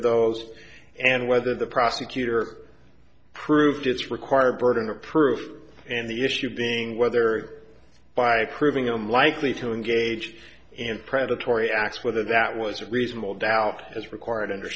those and whether the prosecutor proved its required burden of proof and the issue being whether by a craving i'm likely to engage in predatory acts whether that was a reasonable doubt as required under